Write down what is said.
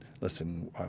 listen